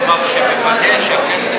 כלומר, שמוודא שהכסף,